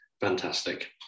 Fantastic